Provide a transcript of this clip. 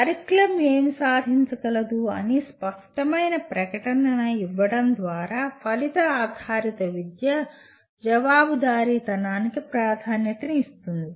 curriculum ఏమి సాధించగలదు అని స్పష్టమైన ప్రకటన ఇవ్వడం ద్వారా ఫలిత ఆధారిత విద్య జవాబుదారీతనానికి ప్రాధాన్యత ఇస్తుంది